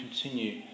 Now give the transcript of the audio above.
continue